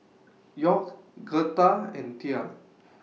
York Girtha and Tia